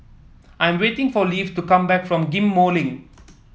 I am waiting for Leif to come back from Ghim Moh Link